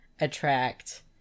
attract